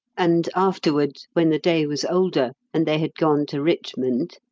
and afterward, when the day was older, and they had gone to richmond,